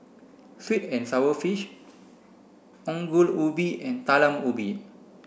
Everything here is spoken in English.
sweet and sour fish Ongol Ubi and Talam Ubi